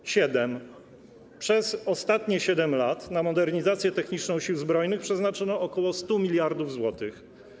Po siódme, przez ostatnie 7 lat na modernizację techniczną Sił Zbrojnych przeznaczono ok. 100 mld zł.